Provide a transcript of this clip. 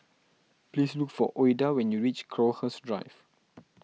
please look for Ouida when you reach Crowhurst Drive